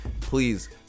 Please